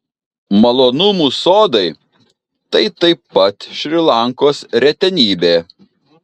malonumų sodai tai taip pat šri lankos retenybė